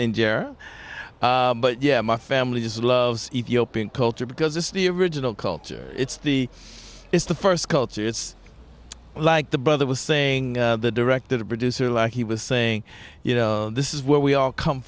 dire but yeah my family just loves ethiopian culture because it's the original culture it's the it's the first culture it's like the brother was saying the director producer like he was saying you know this is where we all come